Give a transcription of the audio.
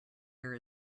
air